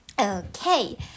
Okay